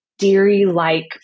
dairy-like